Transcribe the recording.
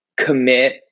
commit